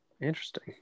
interesting